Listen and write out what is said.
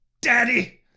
daddy